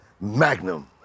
Magnum